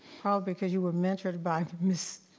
ah because you were mentored by ms.